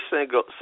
single